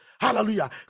Hallelujah